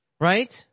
right